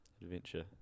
Adventure